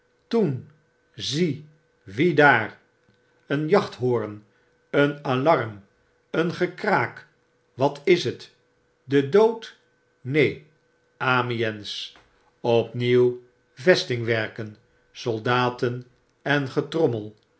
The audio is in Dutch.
toen zie wie daar een jachthoorn een alarm een gekraak wat is het de dood neen amiens opnieuw vestingwerken soldaten en